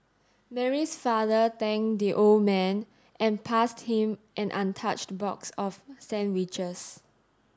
Mary's father thanked the old man and passed him an untouched box of sandwiches